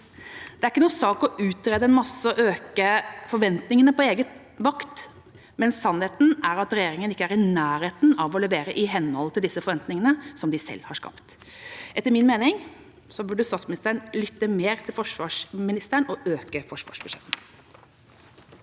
Det er ingen sak å utrede en masse og øke forventningene på egen vakt, men sannheten er at regjeringa ikke er i nærheten av å levere i henhold til disse forventningene som de selv har skapt. Etter min mening burde statsministeren lytte mer til forsvarsministeren og øke forsvarsbudsjettet.